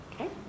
Okay